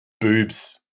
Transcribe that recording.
boobs